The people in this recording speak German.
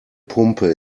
pumpe